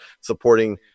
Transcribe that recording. supporting